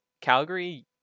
Calgary